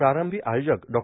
प्रारंभी आयोजक डॉ